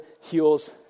heals